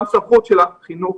גם סמכויות החינוך,